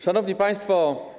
Szanowni Państwo!